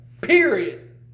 Period